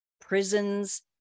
prisons